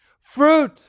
Fruit